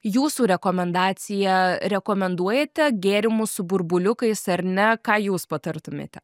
jūsų rekomendacija rekomenduojate gėrimus su burbuliukais ar ne ką jūs patartumėte